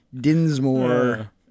Dinsmore